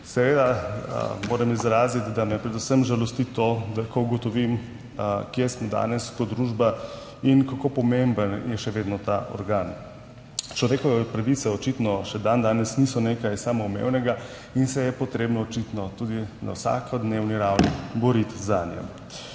Seveda moram izraziti, da me predvsem žalosti to, da ko ugotovim, kje smo danes kot družba in kako pomemben je še vedno ta organ, človekove pravice očitno še dandanes niso nekaj samoumevnega in se je potrebno očitno tudi na vsakodnevni ravni boriti zanje.